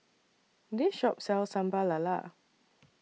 This Shop sells Sambal Lala